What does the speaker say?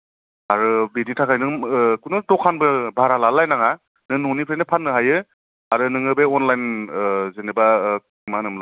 आरो बेनि थाखाय नों खुनु दखानबो भारा लालायलायनाङा नों ननिफ्रायनो फाननो हायो आरो नोङो अनलाइन जेनेबा ओम मा होनोमोनलाय